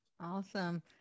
awesome